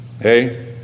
Hey